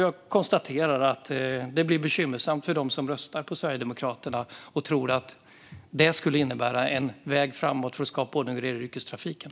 Jag konstaterar att det blir bekymmersamt för dem som röstar på Sverigedemokraterna och tror att det skulle innebära en väg framåt för att skapa ordning och reda i yrkestrafiken.